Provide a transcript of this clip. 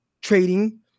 trading